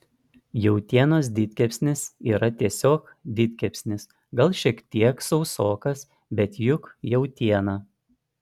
jautienos didkepsnis yra tiesiog didkepsnis gal šiek tiek sausokas bet juk jautiena